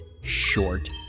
short